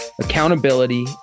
accountability